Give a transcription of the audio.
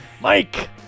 Mike